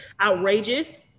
outrageous